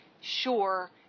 sure